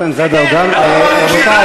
רבותי